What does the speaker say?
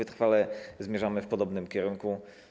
Wytrwale zmierzamy w podobnym kierunku.